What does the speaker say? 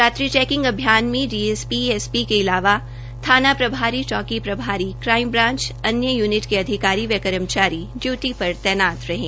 रात्रि चेकिंग अभियान में डीसीपी एसीपी के अलावा थाना प्रभारी चौकी प्रभारी क्राइम ब्रांच अन्य यूनिट के अधिकारी व कर्मचारियों ड्यूटी पर तैनात थे